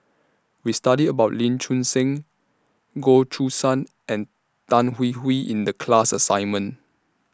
We studied about Lee Choon Seng Goh Choo San and Tan Hwee Hwee in The class assignment